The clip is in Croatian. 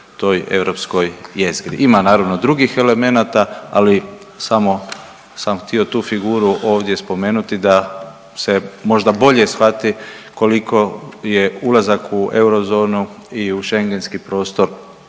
toj europskoj jezgri. Ima naravno drugih elemenata, ali samo sam htio tu figuru ovdje spomenuti da se možda bolje shvati koliko je ulazak u eurozonu i u Šengenski prostor